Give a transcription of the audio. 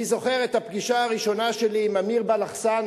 אני זוכר את הפגישה הראשונה שלי עם אמיר בלחסן,